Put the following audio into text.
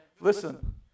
listen